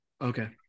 Okay